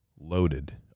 loaded